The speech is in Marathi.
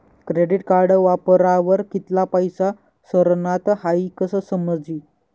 क्रेडिट कार्ड वापरावर कित्ला पैसा सरनात हाई कशं समजी